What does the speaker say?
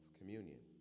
communion